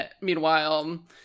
Meanwhile